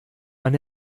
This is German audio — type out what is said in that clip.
man